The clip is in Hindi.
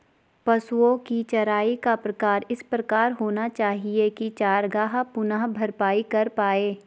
पशुओ की चराई का प्रकार इस प्रकार होना चाहिए की चरागाह पुनः भरपाई कर पाए